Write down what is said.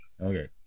Okay